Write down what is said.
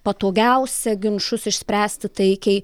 patogiausia ginčus išspręsti taikiai